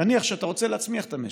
ונניח שאתה רוצה להצמיח את המשק,